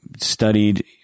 studied